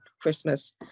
Christmas